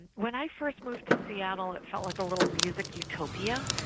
when i first moved to seattle, it felt like a little music utopia,